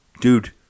dude